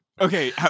Okay